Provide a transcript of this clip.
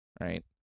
Right